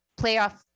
playoff